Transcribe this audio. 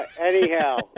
Anyhow